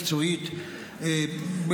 מקצועית מאוד,